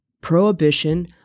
prohibition